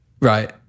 Right